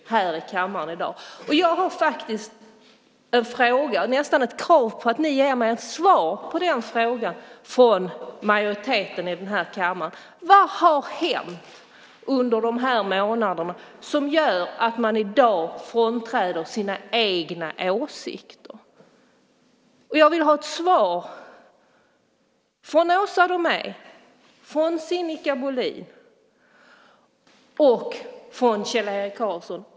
Jag har nästan ett krav på att ni från majoritetens sida ger mig ett svar på frågan i kammaren. Vad har hänt under dessa månader som gör att man i dag frånträder sina egna åsikter? Jag vill ha ett svar från Åsa Domeij, Sinikka Bohlin och från Kjell-Erik Karlsson.